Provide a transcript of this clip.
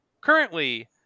currently